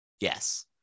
Yes